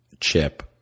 chip